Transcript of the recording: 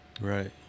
right